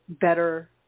better